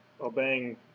obeying